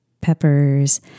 peppers